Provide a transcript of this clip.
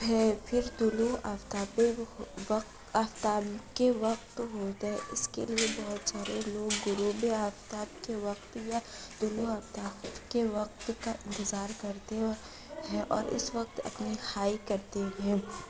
پھر طلوع آفتاب وقت آفتاب کے وقت ہوتا ہے اس کے لیے بہت سارے لوگ غروب آفتاب کے وقت یا طلوع آفتاب کے وقت کا انتظار کرتے ہیں اور اس وقت اپنی ہائیک کرتے ہیں